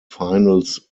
finals